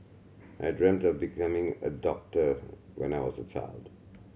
I dreamt of becoming a doctor when I was a child